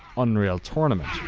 unreal tournament.